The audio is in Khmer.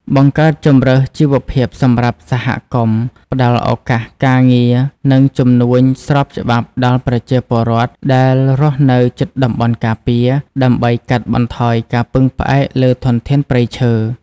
បង្កើតជម្រើសជីវភាពសម្រាប់សហគមន៍ ផ្ដល់ឱកាសការងារ និងជំនួញស្របច្បាប់ដល់ប្រជាពលរដ្ឋដែលរស់នៅជិតតំបន់ការពារ ដើម្បីកាត់បន្ថយការពឹងផ្អែកលើធនធានព្រៃឈើ។